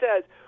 says